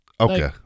Okay